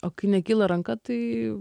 o kai nekyla ranka tai